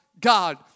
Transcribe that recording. God